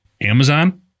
Amazon